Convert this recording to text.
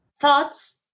Thoughts